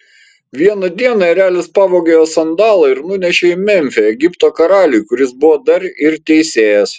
vieną dieną erelis pavogė jos sandalą ir nunešė į memfį egipto karaliui kuris buvo dar ir teisėjas